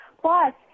Plus